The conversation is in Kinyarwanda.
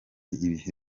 ibihe